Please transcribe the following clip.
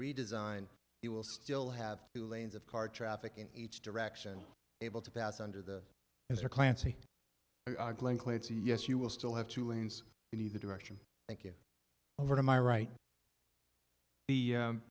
redesign it will still have two lanes of car traffic in each direction able to pass under the answer clancy yes you will still have two lanes in either direction thank you over to my right the